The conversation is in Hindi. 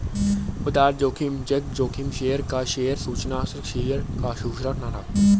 बाजार जोखिम में इक्विटी जोखिम शेयर या शेयर सूचकांक की कीमतें या निहित अस्थिरता बदलता है